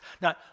now